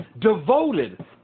devoted